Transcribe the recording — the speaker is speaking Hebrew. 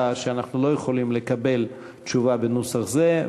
שאנחנו לא יכולים לקבל תשובה בנוסח זה,